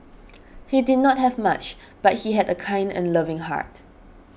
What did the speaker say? he did not have much but he had a kind and loving heart